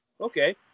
okay